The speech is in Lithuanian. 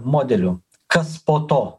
modelių kas po to